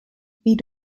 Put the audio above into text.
wie